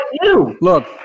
Look